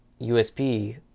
USB